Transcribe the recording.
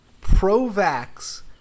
pro-vax